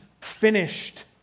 finished